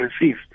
receive